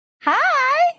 Hi